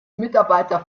mitarbeiter